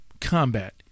combat